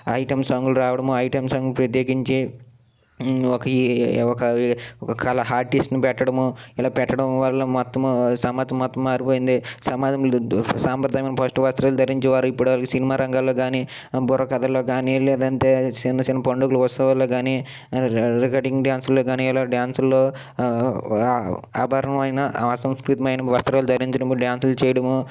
item సాంగులు రావడము item song ప్రత్యేకించి ఒక ఒక ఒక కళ ఆర్టిస్ట్ని పెట్టడము ఇలా పెట్టడం వల్ల మొత్తము సమాజం మొత్తము మారిపోయింది సమాజంలో సంప్రదాయం పట్టు వస్త్రాలు ధరించేవారు ఇప్పటివరకు సినిమా రంగాల్లో కానీ బుర్రకథల్లో కానీ లేదంటే చిన్న చిన్న పండుగలో ఉత్సవాల్లో కానీ రికార్డింగ్ డ్యాన్సుల్లో కానీ ఇలాగ డ్యాన్సుల్లో ఆభరణమైన ఆ సంస్కృతిమైన వస్త్రాలు ధరించడము డ్యాన్సులు చేయడము